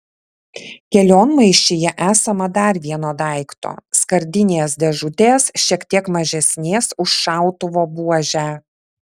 kelionmaišyje esama dar vieno daikto skardinės dėžutės šiek tiek mažesnės už šautuvo buožę